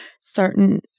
certain